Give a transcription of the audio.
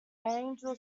angel